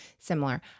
Similar